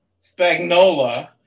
Spagnola